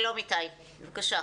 שלום איתי, בבקשה.